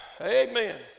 Amen